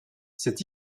cette